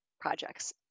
projects